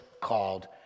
called